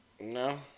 No